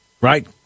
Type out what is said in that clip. right